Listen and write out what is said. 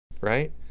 right